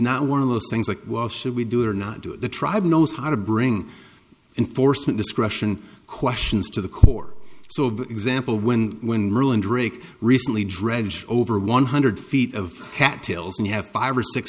not one of those things like well should we do it or not do the tribe knows how to bring in force and discretion questions to the court so that example when when rulon drake recently dredge over one hundred feet of cat tails and you have five or six